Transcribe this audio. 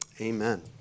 amen